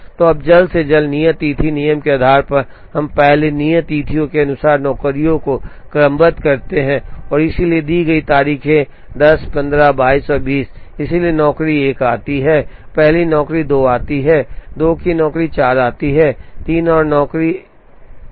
तो अब जल्द से जल्द नियत तिथि नियम के आधार पर हम पहले नियत तिथियों के अनुसार नौकरियों को क्रमबद्ध करते हैं इसलिए दी गई तारीखें १० १५ २२ और २० हैं इसलिए नौकरी १ आती है पहली नौकरी २ आती है २ की नौकरी ४ आती है ३ और नौकरी 3 से 4 आता है